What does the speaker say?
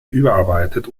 überarbeitet